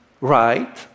right